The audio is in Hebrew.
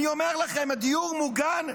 אני אומר לכם: דיור מוגן,